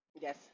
Yes